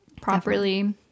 properly